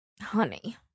honey